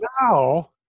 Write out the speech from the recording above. Now